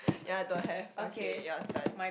yea don't have okay your turn